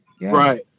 right